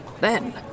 then